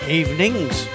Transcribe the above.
evenings